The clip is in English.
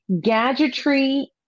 gadgetry